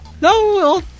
No